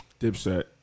Dipset